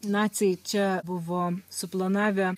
naciai čia buvo suplanavę